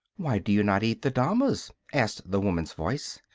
why do you not eat the damas? asked the woman's voice.